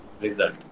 result